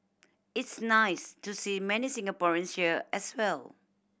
it's nice to see many Singaporeans here as well